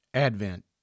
Advent